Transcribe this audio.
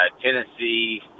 Tennessee